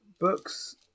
books